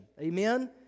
Amen